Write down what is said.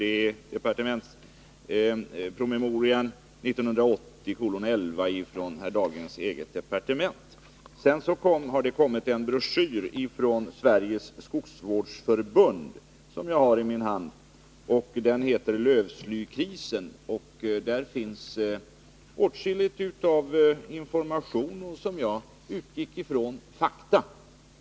Det är departementsutgåva 1980:11 från herr Dahlgrens eget departement. Sedan har det från Sveriges skogsvårdsförbund kommit ut en broschyr, som jag har här i min hand. Den heter Lövslykrisen, och där finns åtskilligt av information och, som jag utgår ifrån, endast fakta.